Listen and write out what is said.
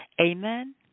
Amen